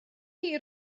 chi